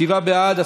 שבעה בעד,